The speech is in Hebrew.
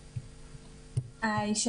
בבקשה.